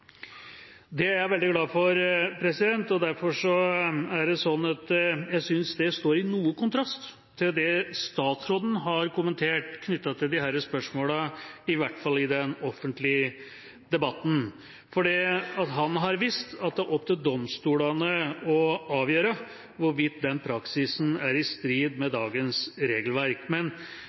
Det er jeg veldig glad for. Derfor synes jeg det står i noe kontrast til det statsråden har kommentert knyttet til disse spørsmålene, i hvert fall i den offentlige debatten, for det han har vist til, er at det er opp til domstolene å avgjøre hvorvidt den praksisen er i strid med dagens regelverk. Men